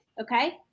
Okay